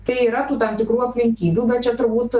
tai yra tų tam tikrų aplinkybių bet čia turbūt